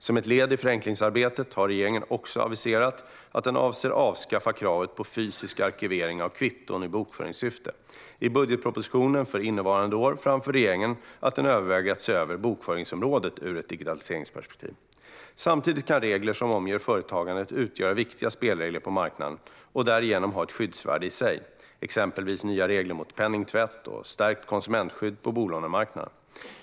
Som ett led i förenklingsarbetet har regeringen också aviserat att den avser att avskaffa kravet på fysisk arkivering av kvitton i bokföringssyfte. I budgetpropositionen för innevarande år framför regeringen att den överväger att se över bokföringsområdet ur ett digitaliseringsperspektiv. Samtidigt kan regler som omger företagandet utgöra viktiga spelregler på marknaden och därigenom ha ett skyddsvärde i sig, exempelvis nya regler mot penningtvätt och stärkt konsumentskydd på bolånemarknaden.